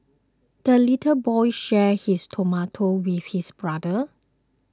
the little boy shared his tomato with his brother